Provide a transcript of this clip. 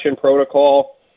protocol